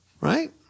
right